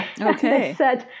Okay